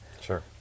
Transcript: Sure